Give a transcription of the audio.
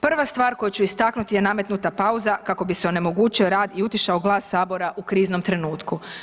Prva stvar koju ću istaknuti je nametnuta pauza kako bi se onemogućio rad i utišao glas sabora u kriznom trenutku.